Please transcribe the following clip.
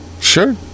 sure